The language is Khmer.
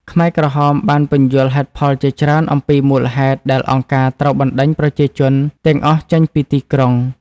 ខ្មែរក្រហមបានពន្យល់ហេតុផលជាច្រើនអំពីមូលហេតុដែលអង្គការត្រូវបណ្តេញប្រជាជនទាំងអស់ចេញពីទីក្រុង។